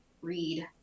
read